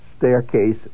Staircase